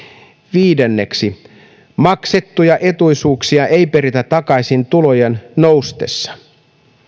viidenneksi maksettuja etuisuuksia ei peritä takaisin tulojen noustessa